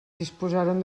disposaran